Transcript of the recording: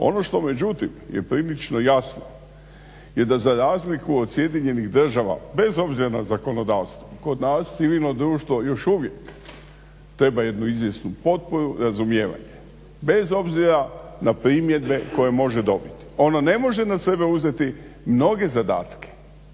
Ono što međutim je prilično jasno je da za razliku od SAD-a bez obzira na zakonodavstvo kod nas civilno društvo još uvijek treba jednu izvjesnu potporu, razumijevanje bez obzira na primjedbe koje može dobiti. Ono ne može na sebe uzeti mnoge zadatke.